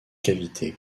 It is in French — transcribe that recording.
cavités